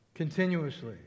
Continuously